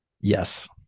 Yes